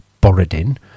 Borodin